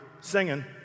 singing